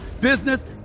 business